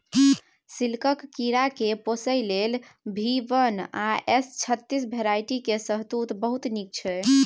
सिल्कक कीराकेँ पोसय लेल भी वन आ एस छत्तीस भेराइटी केर शहतुत बहुत नीक छै